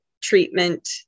treatment